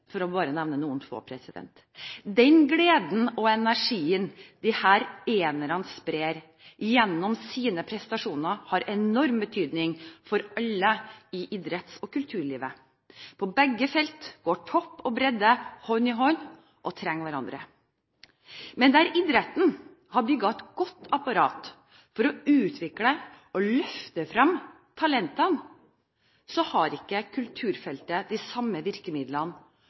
og Strømgren, bare for å nevne noen få. Den gleden og energien disse enerne sprer gjennom sine prestasjoner, har enorm betydning for alle i idretts- og kulturlivet. På begge felt går topp og bredde hånd i hånd og trenger hverandre. Men der idretten har bygd et godt apparat for å utvikle og løfte frem talentene, har ikke kulturfeltet de samme virkemidlene